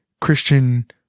Christian